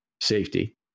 safety